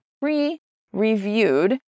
pre-reviewed